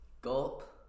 gulp